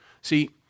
See